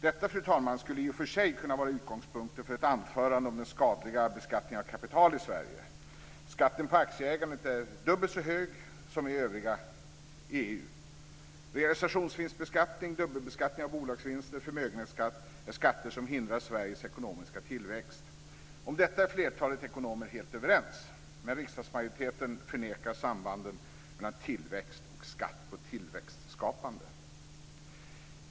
Detta, fru talman, skulle i och för sig kunna vara utgångspunkten för ett anförande om den skadliga beskattningen av kapital i Sverige. Skatten på aktieägandet är dubbelt så hög som i övriga EU. Realisationsvinstbeskattning, dubbelbeskattning av bolagsvinster och förmögenhetsskatt är skatter som hindrar Sveriges ekonomiska tillväxt. Om detta är flertalet ekonomer helt överens, men riksdagsmajoriteten förnekar sambanden mellan tillväxt och skatt på tillväxtskapande.